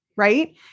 right